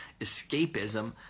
escapism